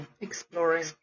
Exploring